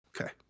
Okay